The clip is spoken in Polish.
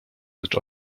lecz